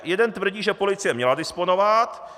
Jeden tvrdí, že policie měla disponovat.